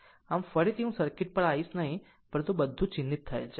આમ ફરીથી અને ફરીથી હું સર્કિટ પર આવીશ નહીં પરંતુ બધું ચિહ્નિત થયેલ છે